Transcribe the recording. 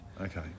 Okay